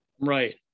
Right